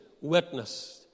witnessed